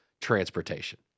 transportation